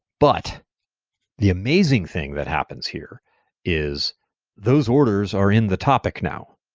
but the amazing thing that happens here is those orders are in the topic now,